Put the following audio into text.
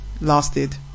lasted